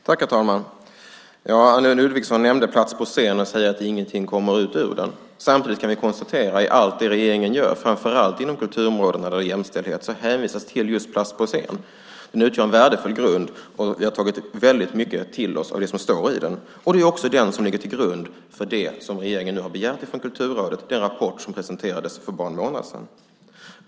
Herr talman! Anne Ludvigsson nämnde utredningen Plats på scen och säger att ingenting kommer ut ur den. Samtidigt kan vi konstatera att i allt det regeringen gör, framför allt inom kulturområdena när det gäller jämställdhet, hänvisas till just Plats på scen . Den utgör en värdefull grund, och vi har tagit till oss mycket av vad som står i den. Det är också den som ligger till grund för det som regeringen nu har begärt från Kulturrådet, det vill säga den rapport som presenterades för bara en månad sedan.